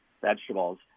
vegetables